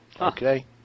Okay